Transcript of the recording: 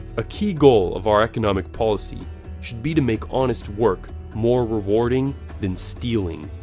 a key goal of our economic policy should be to make honest work more rewarding than stealing.